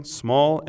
small